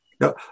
No